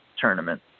tournament